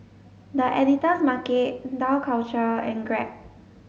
the Editor's Market Dough Culture and Grab